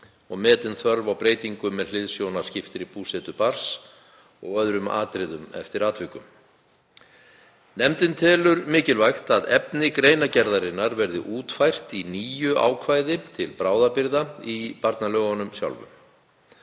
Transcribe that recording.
og metin þörf á breytingum með hliðsjón af skiptri búsetu barns og öðrum atriðum eftir atvikum. Nefndin telur mikilvægt að efni greinargerðarinnar verði útfært í nýju ákvæði til bráðabirgða í barnalögunum sjálfum.